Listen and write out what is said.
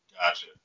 Gotcha